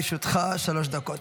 בבקשה, לרשותך שלוש דקות.